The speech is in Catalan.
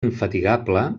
infatigable